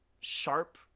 sharp